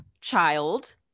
child